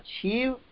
achieve